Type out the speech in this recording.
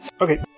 Okay